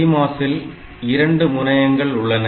CMOS ல் 2 முனையங்கள் உள்ளன